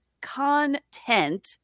content